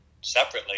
separately